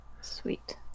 Sweet